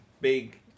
big